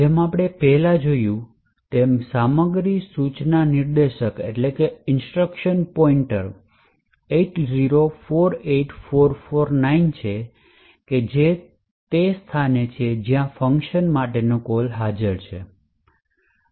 જેમ આપણે પહેલા જોયું છેસામગ્રી સૂચના નિર્દેશક 8048449 છે જે તે સ્થાન છે જ્યાં ફંકશન માટે કોલ હાજર છે